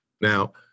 Now